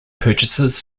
purchases